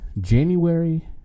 January